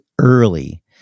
Early